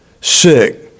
sick